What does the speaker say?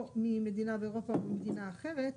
או ממדינה באירופה או מדינה אחרת,